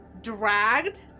dragged